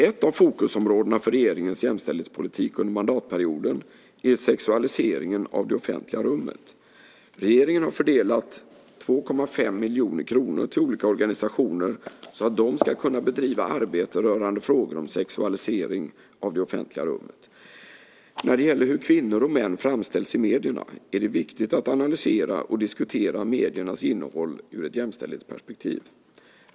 Ett av fokusområdena för regeringens jämställdhetspolitik under mandatperioden är sexualiseringen av det offentliga rummet. Regeringen har fördelat 2,5 miljoner kronor till olika organisationer så att de ska kunna bedriva arbete rörande frågor om sexualisering av det offentliga rummet. När det gäller hur kvinnor och män framställs i medierna är det viktigt att analysera och diskutera mediernas innehåll ur ett jämställdhetsperspektiv.